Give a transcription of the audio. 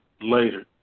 later